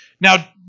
now